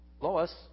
lois